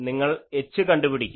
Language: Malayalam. നിങ്ങൾ H കണ്ടുപിടിക്കു